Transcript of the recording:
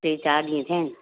टे चारि ॾींहं थिया आहिनि